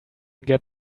get